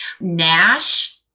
nash